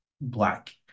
Black